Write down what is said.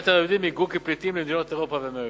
יתר היהודים היגרו כפליטים למדינות אירופה ואמריקה.